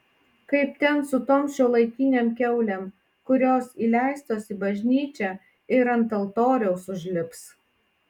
kaip ten su tom šiuolaikinėm kiaulėm kurios įleistos į bažnyčią ir ant altoriaus užlips